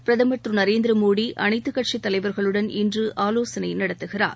பிரதமர் திரு நரேந்திர மோடி அனைத்து கட்சித் தலைவர்களுடன் இன்று ஆலோசனை நடத்துகிறார்